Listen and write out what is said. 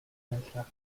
байлаа